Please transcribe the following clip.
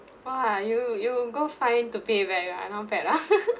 !wah! you you go find to pay back ah not bad ah